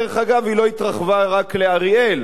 דרך אגב, היא לא התרחבה רק לאריאל.